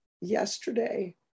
yesterday